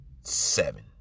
seven